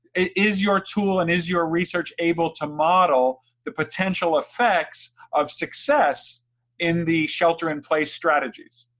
is your tool, and is your research able to model the potential effects of success in the shelter-in-place strategies?